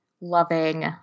loving